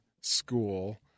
school